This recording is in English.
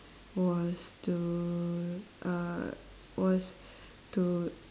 was to uh was to